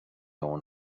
اون